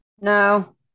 No